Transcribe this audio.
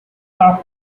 are